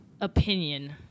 opinion